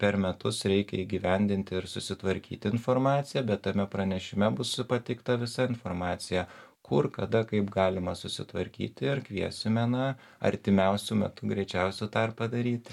per metus reikia įgyvendinti ir susitvarkyti informaciją bet tame pranešime bus pateikta visa informacija kur kada kaip galima susitvarkyti ir kviesime na artimiausiu metu greičiausiu tą ir padaryti